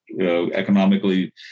economically